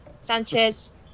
Sanchez